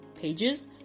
pages